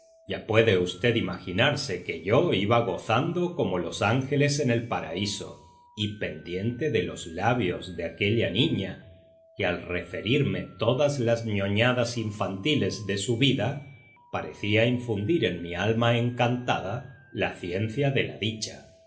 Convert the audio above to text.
ya puede v imaginarse que yo iba gozando como los ángeles en el paraíso y pendiente de los labios de aquella niña que al referirme todas las nonadas infantiles de su vida parecía infundir en mi alma encantada la ciencia de la dicha